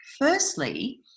Firstly